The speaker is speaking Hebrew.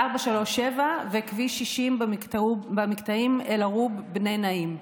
וכביש 60 במקטעים אל-ערוב בני נעים.